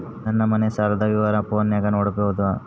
ನನ್ನ ಮನೆ ಸಾಲದ ವಿವರ ಫೋನಿನಾಗ ನೋಡಬೊದ?